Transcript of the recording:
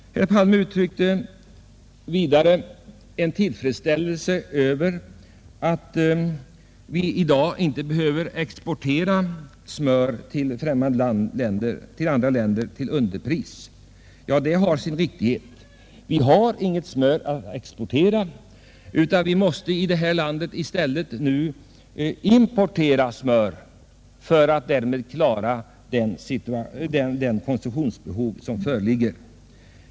Herr Palme uttryckte vidare tillfredsställelse över att vi i dag inte behöver exportera smör till andra länder till underpris. Det är riktigt, eftersom vi inte har något smör att exportera; vi måste i stället importera smör för att tillfredsställa konsumtionsbehovet.